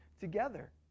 together